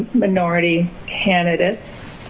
minority candidates.